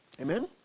Amen